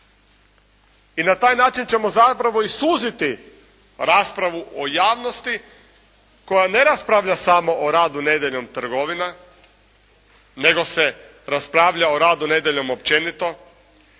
I na taj način ćemo zapravo i suziti raspravu o javnosti koja ne raspravlja samo o radu nedjeljom trgovina nego se raspravljao o radu nedjeljom općenito,